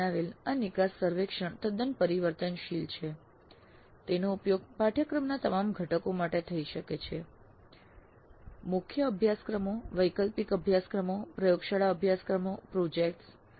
આપણે બનાવેલ આ નિકાસ સર્વેક્ષણ તદ્દન પરિવર્તનશીલ છે તેનો ઉપયોગ પાઠ્યક્રમના તમામ ઘટકો માટે થઈ શકે છે મુખ્ય અભ્યાસક્રમો વૈકલ્પિક અભ્યાસક્રમો પ્રયોગશાળા અભ્યાસક્રમો પ્રોજેક્ટ્